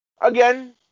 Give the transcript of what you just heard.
again